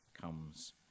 comes